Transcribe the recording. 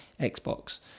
Xbox